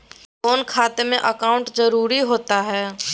Loan खाते में account जरूरी होता है?